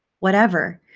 whatever.